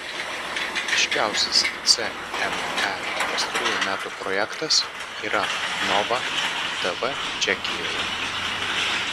ryškiausias cme pastarųjų metų projektas yra nova tv čekijoje